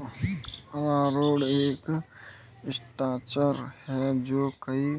अरारोट एक स्टार्च है जो कई